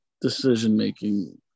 decision-making